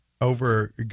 over